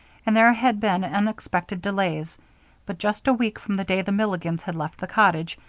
and there had been unexpected delays but just a week from the day the milligans had left the cottage,